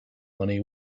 money